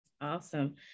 awesome